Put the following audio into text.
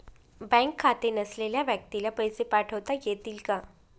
Bank खाते नसलेल्या व्यक्तीला पैसे पाठवता येतील का?